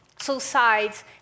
suicides